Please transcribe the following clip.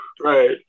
Right